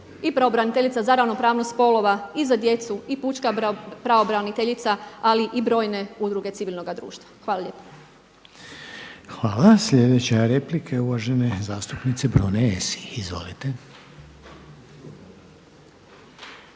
i pravobraniteljica za ravnopravnost spolova, i za djecu i pučka pravobraniteljica ali i brojne udruge civilnoga društva. Hvala lijepa. **Reiner, Željko (HDZ)** Hvala. Slijedeća replika je uvažena zastupnice Brune Esih. Izvolite.